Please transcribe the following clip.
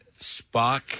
Spock